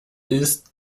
ist